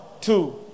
two